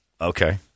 Okay